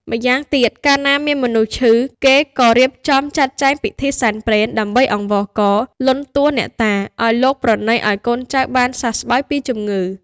ម្យ៉ាងទៀត កាលណាមានមនុស្សឈឺ គេក៏រៀបចំចាត់ចែងពិធីសែនព្រេន ដើម្បីអង្វរករ លន់តួអ្នកតា ឱ្យលោកប្រណីឲ្យកូនចៅបានសះស្បើយពីជំងឺ។